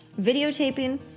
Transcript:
videotaping